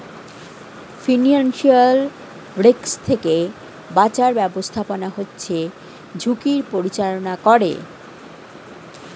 financial risk থেকে বাঁচার ব্যাবস্থাপনা হচ্ছে ঝুঁকির পরিচালনা করে